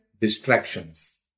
distractions